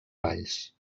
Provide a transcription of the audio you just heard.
valls